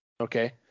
Okay